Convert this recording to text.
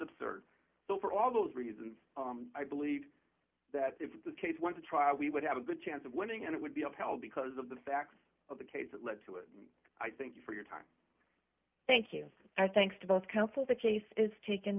absurd so for all those reasons i believe that if the case went to trial we would have a good chance of winning and it would be upheld because of the facts of the case that led to it i think you for your time thank you i thanks to both counsel the case i